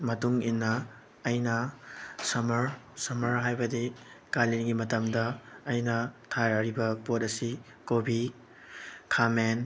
ꯃꯇꯨꯡ ꯏꯟꯅ ꯑꯩꯅ ꯁꯝꯃꯔ ꯁꯝꯃꯔ ꯍꯥꯏꯕꯗꯤ ꯀꯥꯂꯦꯟꯒꯤ ꯃꯇꯝꯗ ꯑꯩꯅ ꯊꯥꯔꯔꯤꯕ ꯄꯣꯠ ꯑꯁꯤ ꯀꯣꯕꯤ ꯈꯥꯃꯦꯟ